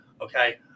Okay